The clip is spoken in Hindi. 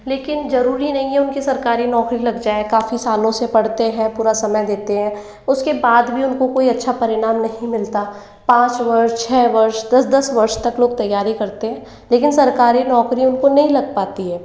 लेकिन जरूरी नहीं है उनकी सरकारी नौकरी लग जाए काफ़ी काफ़ी सालों से पढ़ते हैं पूरा समय देते हैं उसके बाद भी उनको कोई अच्छा परिणाम नहीं मिलता पाँच वर्ष छः वर्ष दस दस वर्ष तक लोग तैयारी करते हैं लेकिन सरकारी नौकरी उनकी लग पाती है